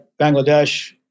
Bangladesh